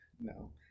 No